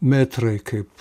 metrai kaip